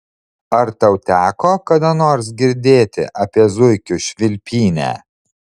ar tau teko kada nors girdėti apie zuikių švilpynę